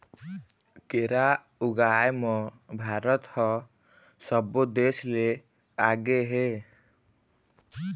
केरा ऊगाए म भारत ह सब्बो देस ले आगे हे